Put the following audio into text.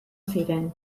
ziren